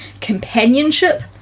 companionship